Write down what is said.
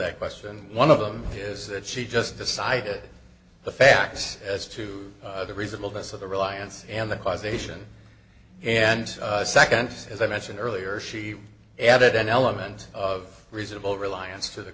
that question one of them is that she just decided the facts as to the reasonable basis of the reliance and the causation and second as i mentioned earlier she added an element of reasonable reliance to the